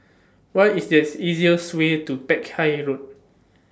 What IS The easiest Way to Peck Hay Road